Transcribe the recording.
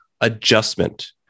adjustment